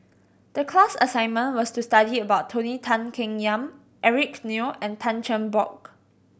the class assignment was to study about Tony Tan Keng Yam Eric Neo and Tan Cheng Bock